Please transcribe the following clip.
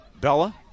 Bella